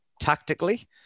tactically